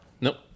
Nope